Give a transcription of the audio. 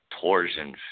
Torsion